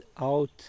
out